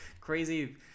crazy